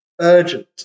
urgent